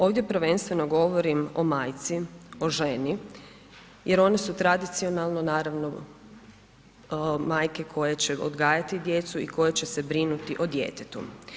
Ovdje prvenstveno govorim o majci, o ženi jer one su tradicionalno naravno majke koje će odgajati djecu i koje će se brinuti o djetetu.